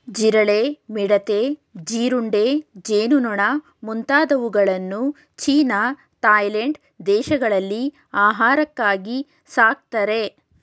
ಜಿರಳೆ, ಮಿಡತೆ, ಜೀರುಂಡೆ, ಜೇನುನೊಣ ಮುಂತಾದವುಗಳನ್ನು ಚೀನಾ ಥಾಯ್ಲೆಂಡ್ ದೇಶಗಳಲ್ಲಿ ಆಹಾರಕ್ಕಾಗಿ ಸಾಕ್ತರೆ